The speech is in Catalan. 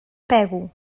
pego